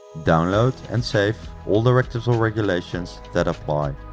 download and save all directives or regulations that apply.